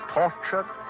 tortured